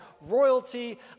royalty